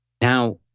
Now